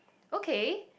okay